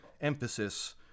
emphasis